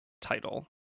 title